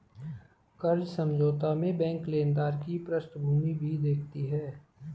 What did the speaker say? कर्ज समझौता में बैंक लेनदार की पृष्ठभूमि भी देखती है